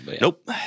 Nope